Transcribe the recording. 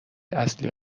اصلی